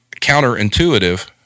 counterintuitive